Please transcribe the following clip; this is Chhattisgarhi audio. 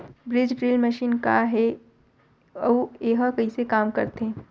बीज ड्रिल मशीन का हे अऊ एहा कइसे काम करथे?